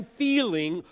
feeling